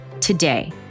today